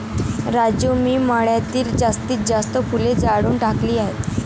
राजू मी मळ्यातील जास्तीत जास्त फुले जाळून टाकली आहेत